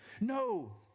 No